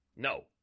No